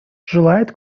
желает